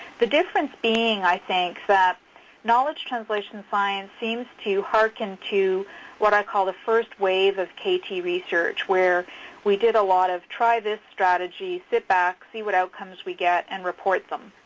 the difference being i think that knowledge translation science seems to harken to what i call the first wave of kt research where we did a lot of try this strategy, sit back. see what outcomes we get and report them.